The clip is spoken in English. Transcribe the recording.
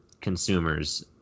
consumers